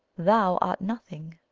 thou art nothing.